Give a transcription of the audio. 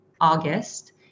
August